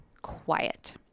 quiet